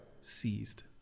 seized